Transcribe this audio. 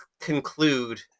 conclude